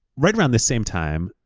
right around the same time,